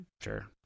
Sure